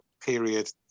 period